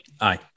Aye